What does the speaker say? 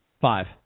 Five